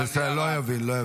התאמצתי לא לדבר